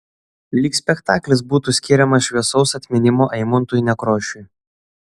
lyg spektaklis būtų skiriamas šviesaus atminimo eimuntui nekrošiui